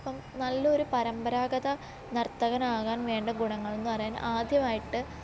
ഇപ്പം നല്ലൊരു പരമ്പരാഗത നർത്തകൻ ആകാൻ വേണ്ട ഗുണങ്ങളൊന്നും പറയാൻ ആദ്യമായിട്ട്